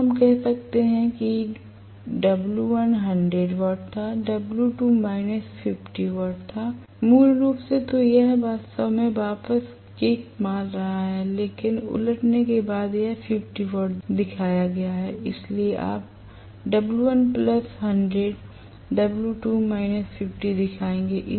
तो हम कहते हैं कि W1 100 वाट था W2 माइनस 50 वाट था मूल रूप से तो यह वास्तव में वापस किक मार रहा था लेकिन उलटने के बाद यह 50 वाट दिखाया गया है इसलिए आप W1 100 W2 50 दिखाएंगे